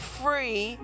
free